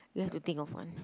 you have to think of one